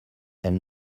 elle